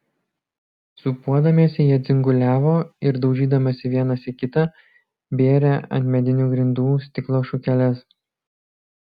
sūpuodamiesi jie dzinguliavo ir daužydamiesi vienas į kitą bėrė ant medinių grindų stiklo šukeles